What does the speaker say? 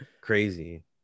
Crazy